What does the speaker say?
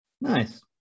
nice